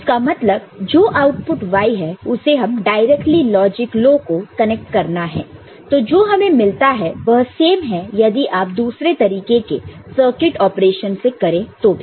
इसका मतलब जो आउटपुट Y है उसे हमें डायरेक्टली लॉजिक लो को कनेक्ट करना है तो जो हमें मिलता है वह सेम है यदि आप दूसरे तरीके के सर्किट ऑपरेशन से करें तो भी